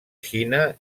xina